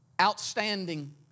outstanding